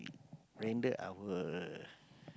render our